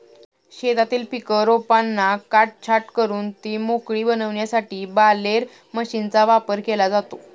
शेतातील पीक रोपांना काटछाट करून ते मोळी बनविण्यासाठी बालेर मशीनचा वापर केला जातो